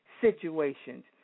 situations